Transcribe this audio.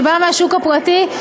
שבא מהשוק הפרטי,